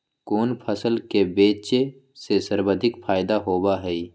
कोन फसल के बेचे से सर्वाधिक फायदा होबा हई?